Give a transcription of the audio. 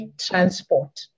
transport